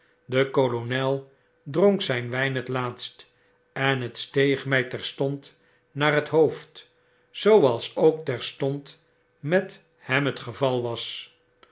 de kolonel dronk zyn wyn het laatst en het steeg mij terstond naar het hoofd zooals ook terstond met hem het geval was